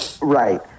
Right